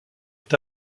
est